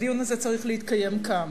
והדיון הזה צריך להתקיים כאן.